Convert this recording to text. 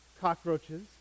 cockroaches